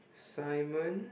Simon